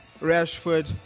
Rashford